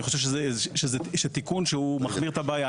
אני חושב שזה תיקון שמחמיר את הבעיה.